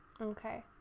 Okay